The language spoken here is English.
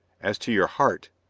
as to your heart,